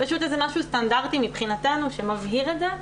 זה משהו סטנדרטי מבחינתנו שמבהיר את זה.